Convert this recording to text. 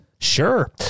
Sure